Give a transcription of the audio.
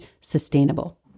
sustainable